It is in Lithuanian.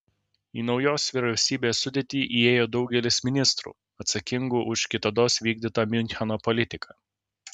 į naujos vyriausybės sudėtį įėjo daugelis ministrų atsakingų už kitados vykdytą miuncheno politiką